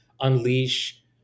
unleash